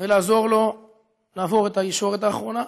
ולעזור לו לעבור את הישורת האחרונה.